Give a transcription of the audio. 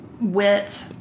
Wit